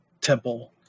temple